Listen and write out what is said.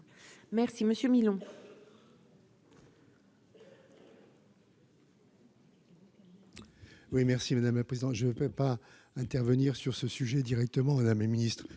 Merci monsieur Milon.